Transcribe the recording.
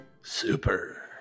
Super